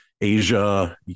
Asia